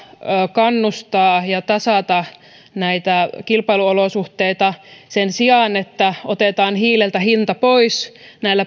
kannustaa ja tasata näitä kilpailuolosuhteita sen sijaan että otetaan hiileltä hinta pois